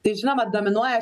tai žinoma dominuoja